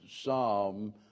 psalm